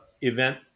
event